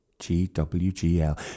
G-W-G-L